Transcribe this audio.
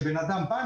שהבן אדם בא,